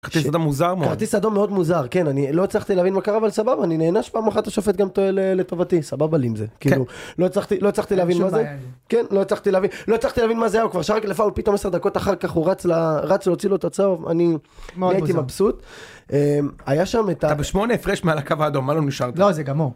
כרטיס אדום מוזר מאוד. כרטיס אדום מאוד מוזר, כן. אני לא הצלחתי להבין מה קרה, אבל סבבה, אני נהנה שפעם אחת השופט גם טועה ל... לטובתי, סבבה לי עם זה, כאילו. כן. לא הצלחתי, לא הצלחתי להבין מה זה... כן, לא הצלחתי להבין, לא הצלחתי להבין מה זה היה, הוא כבר שאר הגליפה הוא פתאום עשר דקות אחר כך הוא רץ ל... רץ להוציא לו את הצהוב, אני נהייתי מבסוט. אה... היה שם את ה... אתה בשמונה הפרש מעל הקו האדום, מה לא נשארת? לא, זה גמור.